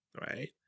right